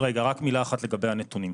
רק מילה אחת לגבי הנתונים,